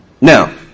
Now